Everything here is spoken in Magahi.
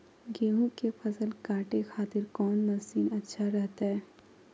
गेहूं के फसल काटे खातिर कौन मसीन अच्छा रहतय?